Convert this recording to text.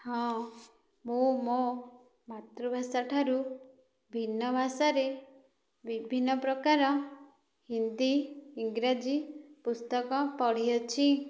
ହଁ ମୁଁ ମୋ ମାତୃଭାଷା ଠାରୁ ଭିନ୍ନ ଭାଷାରେ ବିଭିନ୍ନ ପ୍ରକାର ହିନ୍ଦୀ ଇଂରାଜୀ ପୁସ୍ତକ ପଢ଼ିଅଛି